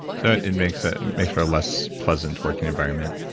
so it and makes ah makes for a less pleasant working environment.